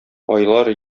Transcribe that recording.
айлар